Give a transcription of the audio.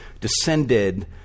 descended